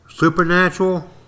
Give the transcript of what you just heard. Supernatural